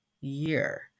year